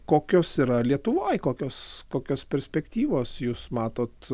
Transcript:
kokios yra lietuvoj kokios kokios perspektyvos jūs matot